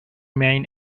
main